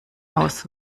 aus